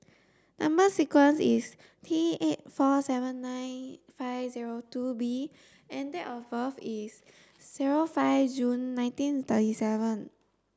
number sequence is T eight four seven nine five zero two B and date of birth is zero five June nineteen thirty seven